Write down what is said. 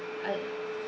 I